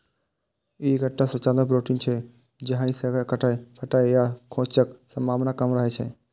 ई एकटा सुरक्षात्मक प्रोटीन छियै, जाहि सं कटै, फटै आ खोंचक संभावना कम रहै छै